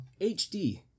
HD